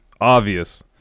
obvious